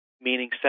meaning